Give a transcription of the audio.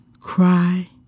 Cry